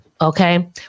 Okay